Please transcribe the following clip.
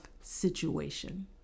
situation